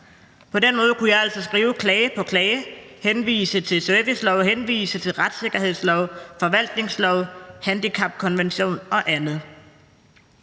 på den måde kunne jeg altså skrive klage på klage, henvise til servicelov, henvise til retssikkerhedslov, forvaltningslov, handicapkonvention og andet.